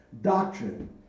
Doctrine